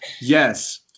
Yes